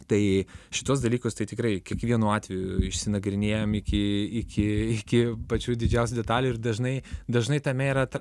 tai šituos dalykus tai tikrai kiekvienu atveju išsinagrinėjam iki iki iki pačių didžiausių detalių ir dažnai dažnai tame yra ta